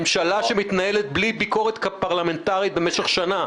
ממשלה שמתנהלת בלי ביקורת פרלמנטרית במשך שנה.